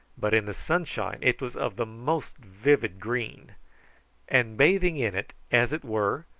but in the sunshine it was of the most vivid green and bathing in it, as it were,